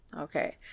Okay